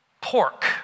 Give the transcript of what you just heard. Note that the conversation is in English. pork